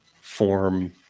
form